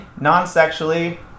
Non-sexually